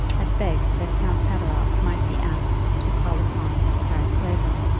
had begged that count pateroff might be asked to call upon harry clavering.